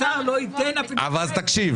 משרד האוצר לא ייתן אפילו שקל.